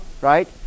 Right